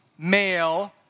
male